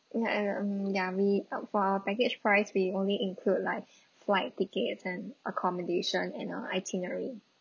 ya uh um ya we uh for package price we only include like flight tickets and accommodation and our itinerary